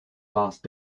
last